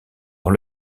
dans